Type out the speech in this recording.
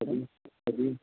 सगळीच